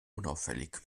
unauffällig